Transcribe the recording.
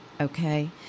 Okay